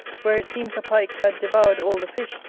where it seems a pike had devoured all the fish,